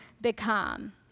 become